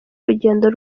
urugendo